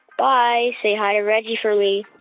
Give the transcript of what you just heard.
bye. say hi to reggie for me